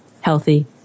healthy